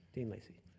dean lacy.